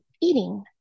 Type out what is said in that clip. eating